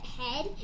head